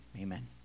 Amen